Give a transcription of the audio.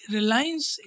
Reliance